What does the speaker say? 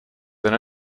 than